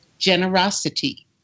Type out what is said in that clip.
generosity